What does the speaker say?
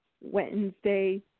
Wednesday